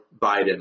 Biden